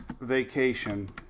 vacation